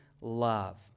love